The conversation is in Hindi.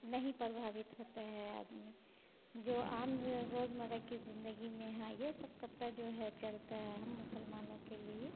नहीं प्रभावित होते है आदमी जो आम है रोज़मर्रा की ज़िंदगी में हाँ यह सब कपड़ा जो है चलता है हम मुसलमानों के लिए